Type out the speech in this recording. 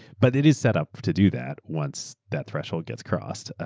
but it is set up to do that once that threshold gets crossed.